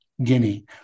guinea